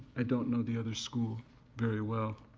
i don't know the other school very well.